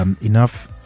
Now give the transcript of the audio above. enough